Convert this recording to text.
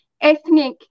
ethnic